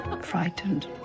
frightened